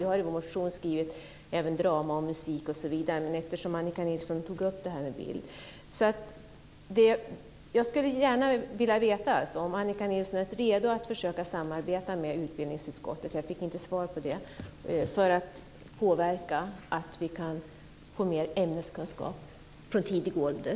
Vi har i vår motion även skrivit om drama och musik, osv., men jag nämnde bild därför att Annika Nilsson tog upp det. Jag skulle gärna vilja veta om Annika Nilsson är redo att försöka samarbeta med utbildningsutskottet - jag fick inte svar på det - för att påverka så att vi kan få mer ämneskunskap från tidig ålder.